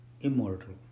immortal